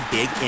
Big